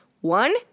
One